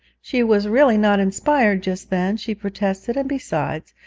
she was really not inspired just then, she protested, and besides,